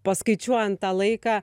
paskaičiuojant tą laiką